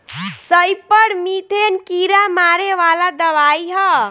सईपर methane कीड़ा मारे वाला दवाई ह